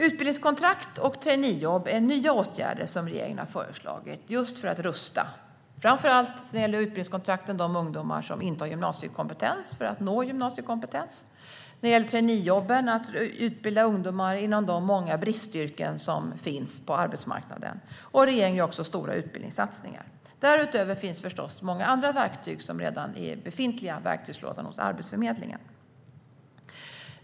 Utbildningskontrakt och traineejobb är nya åtgärder som regeringen har föreslagit just för att rusta ungdomar. När det gäller utbildningskontrakten gäller det framför allt de ungdomar som inte har gymnasiekompetens för att nå detta. När det gäller traineejobben handlar det om utbilda ungdomar inom de många bristyrken som finns på arbetsmarknaden. Regeringen gör också stora utbildningssatsningar. Därutöver finns förstås många andra verktyg i den redan befintliga verktygslådan hos Arbetsförmedlingen.